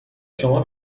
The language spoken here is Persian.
شما